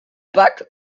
pâques